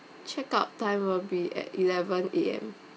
checkout time will be at eleven A_M